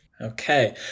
Okay